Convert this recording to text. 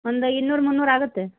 ಒಂದು ಇನ್ನೂರು ಮುನ್ನೂರು ಆಗುತ್ತೆ